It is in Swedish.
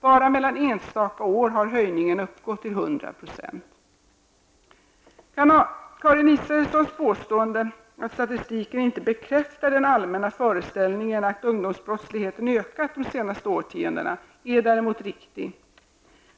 Bara mellan enstaka år har höjningen uppgått till 100 %. Karin Israelssons påstående, att statistiken inte bekräftar den allmänna föreställningen att ungdomsbrottsligheten ökat de senaste årtiondena är däremot riktig.